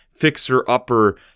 fixer-upper